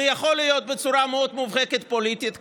זה יכול להיות בצורה מאוד מובהקת פוליטית,